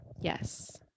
Yes